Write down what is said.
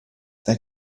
then